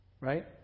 right